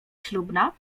ślubna